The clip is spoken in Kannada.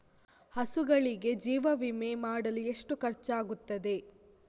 ಹಸುಗಳಿಗೆ ಜೀವ ವಿಮೆ ಮಾಡಲು ಎಷ್ಟು ಖರ್ಚಾಗುತ್ತದೆ?